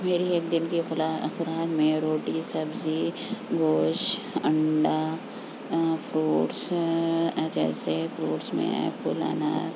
میری ایک دن کی خورا خوراک میں روٹی سبزی گوشت انڈا فروٹس جیسے فروٹس میں ایپل انار